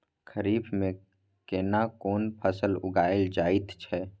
खरीफ में केना कोन फसल उगायल जायत छै?